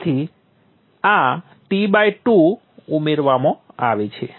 તેથી આ T 2 ઉમેરવામાં આવે છે